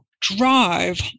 drive